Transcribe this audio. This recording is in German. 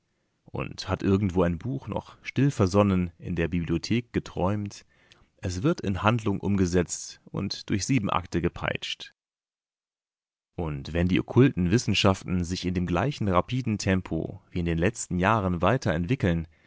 und hat irgendwo ein buch noch still versonnen in der bibliothek geträumt es wird in handlung umgesetzt und durch sieben akte gepeitscht und wenn die okkulten wissenschaften sich in dem gleichen rapiden tempo wie in den letzten jahren weiter entwickeln